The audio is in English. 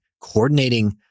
coordinating